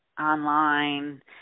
online